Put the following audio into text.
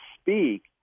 speak